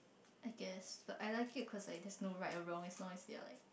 I guess but I like it cause there is no right or wrong as long as they're like